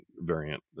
variant